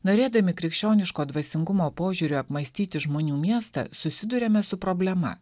norėdami krikščioniško dvasingumo požiūriu apmąstyti žmonių miestą susiduriame su problema